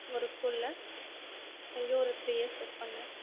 ஒரு ஸ்கூலில் அங்கே ஒரு த்ரீ இயர்ஸ் ஒர்க் பண்ணிணேன்